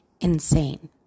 insane